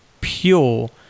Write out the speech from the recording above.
pure